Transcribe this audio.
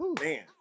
Man